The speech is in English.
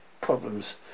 problems